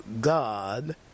God